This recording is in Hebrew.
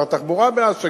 שר התחבורה דאז,